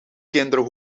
kinderen